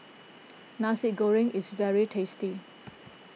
Nasi Goreng is very tasty